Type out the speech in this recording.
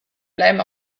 bleiben